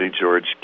George